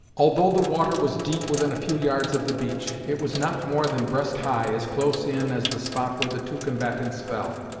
although the water was deep within a few yards of the beach, it was not more than breast high, as close in as the spot where the two combatants fell.